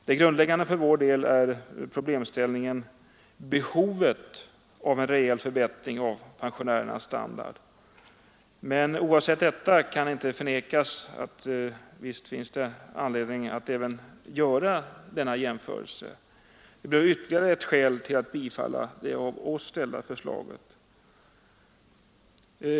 Det grundläggande för vår del är behovet av en rejäl förbättring av pensionärernas standard. Men oavsett detta kan det inte förnekas att det finns anledning att göra även denna jämförelse. Det blir då ytterligare ett skäl till att bifalla det av oss ställda förslaget.